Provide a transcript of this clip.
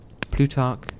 Plutarch